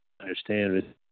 understand